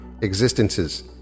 existences